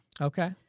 Okay